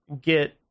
get